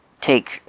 take